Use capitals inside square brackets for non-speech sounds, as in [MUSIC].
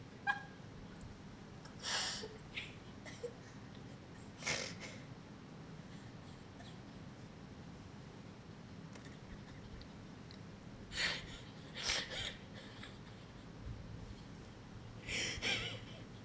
[LAUGHS] [BREATH]